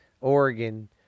Oregon